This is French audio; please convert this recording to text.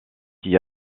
qui